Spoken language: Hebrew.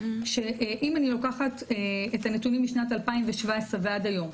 שאם אני לוקחת את הנתונים משנת 2017 ועד היום,